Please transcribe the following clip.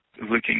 looking